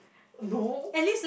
no